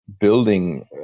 building